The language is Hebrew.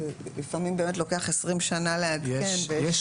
שלפעמים לוקח 20 שנה לעדכן ויש